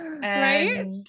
Right